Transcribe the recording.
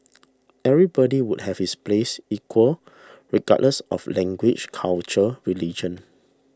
everybody would have his place equal regardless of language culture religion